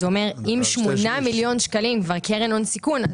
אז הוא אומר אם 8 מיליון שקלים כבר קרן הון סיכון,